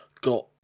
got